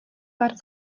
pár